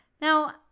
Now